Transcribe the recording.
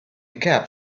cab